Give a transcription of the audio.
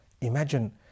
Imagine